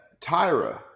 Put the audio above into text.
Tyra